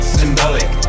symbolic